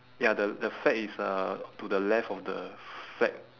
ya the the flag is uh to the left of the flag